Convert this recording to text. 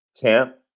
camp